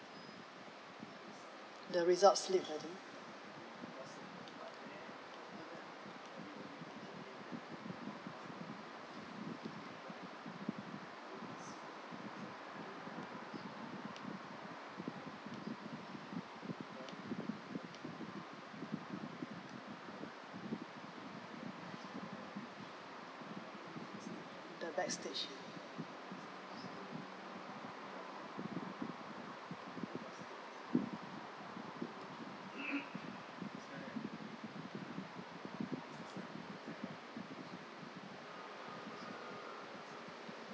the results slip I think the backstage